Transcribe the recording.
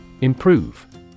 Improve